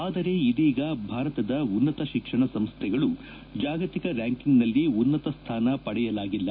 ಆದರೆ ಇದೀಗ ಭಾರತದ ಉನ್ನತ ಶಿಕ್ಷಣ ಸಂಸ್ಥೆಗಳು ಜಾಗತಿಕ ರ್ಲಾಂಕಿಂಗ್ನಲ್ಲಿ ಉನ್ನತ ಸ್ಥಾನ ಪಡೆಯಲಾಗಿಲ್ಲ